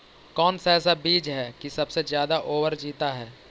कौन सा ऐसा बीज है की सबसे ज्यादा ओवर जीता है?